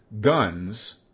guns